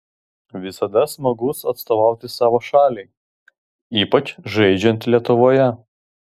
visada smagus atstovauti savo šaliai ypač žaidžiant lietuvoje